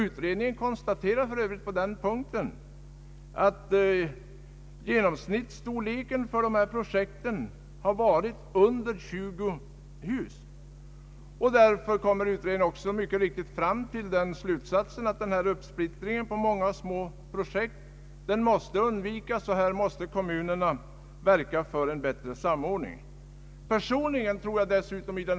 Utredningen konstaterar för övrigt att den genomsnittliga storleken för dessa projekt har varit mindre än 20 hus. Utredningen kommer också mycket riktigt fram till den slutsatsen, att denna uppsplittring på många och små projekt måste undvikas. Härvidlag måste kommunerna verka för en bättre samordning. Personligen tror jag att det måste Ang.